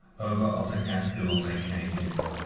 over ottercap hill they came in,